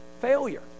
failure